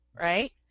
right